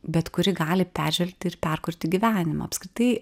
bet kuri gali peržvelgti ir perkurti gyvenimą apskritai